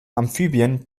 amphibien